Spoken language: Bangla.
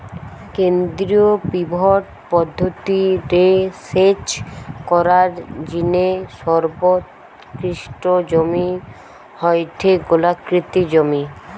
কেন্দ্রীয় পিভট পদ্ধতি রে সেচ করার জিনে সর্বোৎকৃষ্ট জমি হয়ঠে গোলাকৃতি জমি